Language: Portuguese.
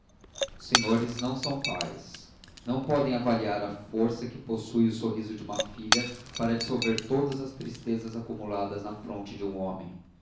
senhores não são pais não podem avaliar a força que possui o sorriso de uma filha para dissolver todas as tristezas acumuladas na fronte de um homem